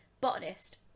botanist